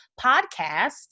podcast